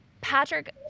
Patrick